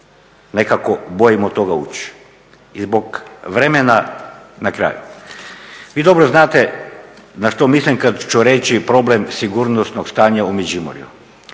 nekako bojimo u to ući. I zbog vremena na kraju, vi dobro znate na što mislim kada ću reći problem sigurnosnog stanja u Međimurju,